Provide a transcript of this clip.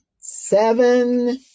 seven